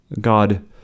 God